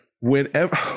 whenever